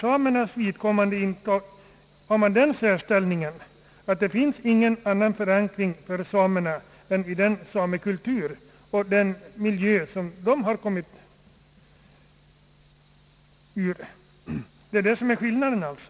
Samerna har ingen annan förankring än den miljö och den kultur som de själva har utvecklat inom vårt land.